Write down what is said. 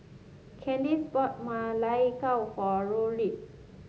Candis bought Ma Lai Gao for Rodrick